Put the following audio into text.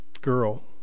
girl